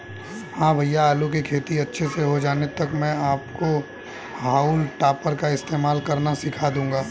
हां भैया आलू की खेती अच्छे से हो जाने तक मैं आपको हाउल टॉपर का इस्तेमाल करना सिखा दूंगा